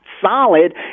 solid